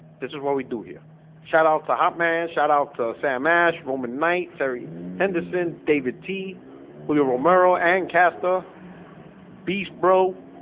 this is what we do here shout-out to hot man shoutout sam ash roman night terry and the send david tea with your romero and casta beast bro